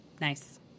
Nice